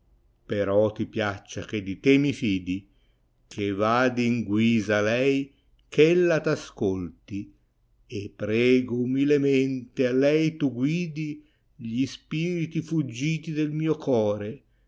però ti piaccia che di te mi fidi che vadi in guisa a lei eh ella t ascolti e prego umilemente a lei tu guidi gli spinti fuggiti del mio core